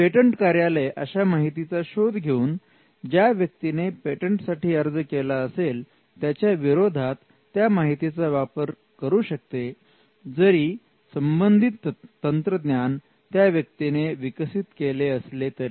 patent कार्यालय अशा माहितीचा शोध घेऊन ज्या व्यक्तीने पेटंटसाठी अर्ज केला असेल त्याच्या विरोधात त्या माहितीचा वापर करू शकते जरी संबंधित तंत्रज्ञान त्या व्यक्तीने विकसित केले असले तरी